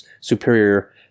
superior